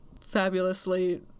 fabulously